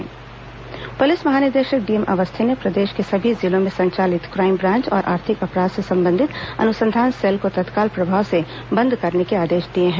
crime branch अन्संधान cell police महानिदेशक DM Awasthi ने प्रदेश के सभी जिलों में संचालित क्राईम ब्रांच और आर्थिक अपराध से संबंधित अनुसंधान सेल को तत्काल प्रभाव से बंद करने के आदेश दिए हैं